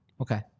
Okay